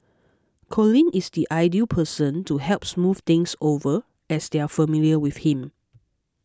Colin is the ideal person to help smooth things over as they are familiar with him